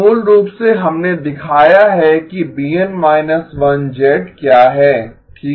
तो मूल रूप से हमने दिखाया है कि BN−1 क्या है ठीक है